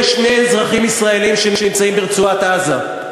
יש שני אזרחים ישראלים שנמצאים ברצועת-עזה.